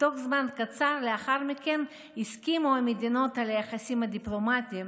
בתוך זמן קצר לאחר מכן הסכימו המדינות על יחסים דיפלומטיים.